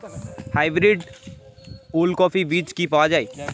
Hybrid ওলকফি বীজ কি পাওয়া য়ায়?